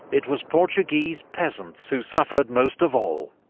it was portuguese peasants who suffered most of all.